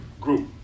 group